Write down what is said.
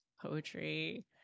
poetry